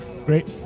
great